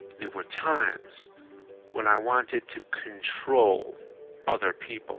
there were times when i wanted to control other people